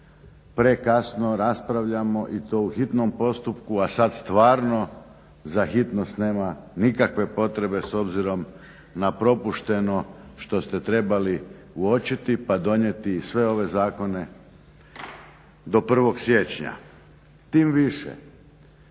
prekasno raspravljamo i to u hitnom postupku, a sada stvarno za hitnost nema nikakve potrebe s obzirom na propušteno što ste trebali uočiti pa donijeti sve ove zakone do 1.siječnja. Tim više